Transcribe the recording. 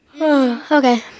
Okay